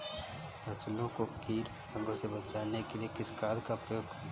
फसलों को कीट पतंगों से बचाने के लिए किस खाद का प्रयोग करें?